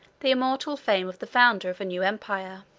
the immortal fame of the founder of a new empire.